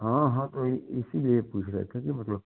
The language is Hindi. हाँ हाँ तो इ इसीलिए पूछ रहे थे कि मतलब